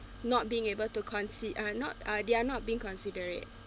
not being able to concede uh not uh they are not being considerate